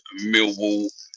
Millwall